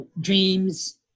dreams